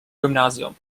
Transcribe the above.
gymnasium